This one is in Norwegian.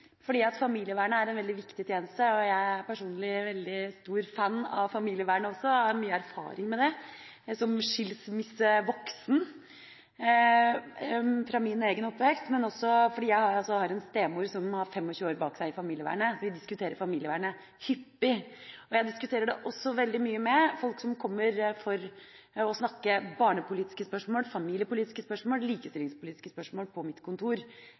fordi jeg har en stemor som har 25 år bak seg i familievernet. Vi diskuterer familievernet hyppig. Jeg diskuterer det også veldig mye med folk som kommer for å snakke om barnepolitiske spørsmål, familiepolitiske spørsmål og likestillingspolitiske spørsmål på mitt kontor.